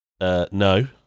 No